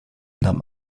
nam